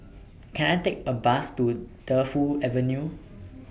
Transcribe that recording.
Can I Take A Bus to Defu Avenue